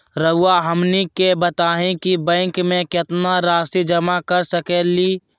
रहुआ हमनी के बताएं कि बैंक में कितना रासि जमा कर सके ली?